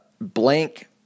blank